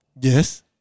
Yes